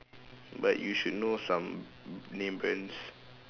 but you should know some named brands